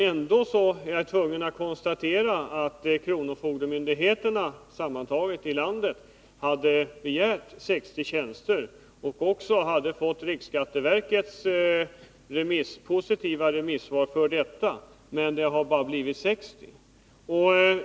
Ändå är jag tvungen att konstatera att det bara har blivit tio tjänster, trots att kronofogdemyndigheterna i hela landet sammantaget hade begärt 60 tjänster och riksskatteverket i sitt remissvar uttalat sig positivt för detta.